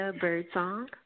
Birdsong